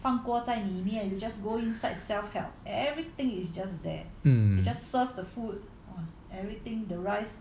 hmm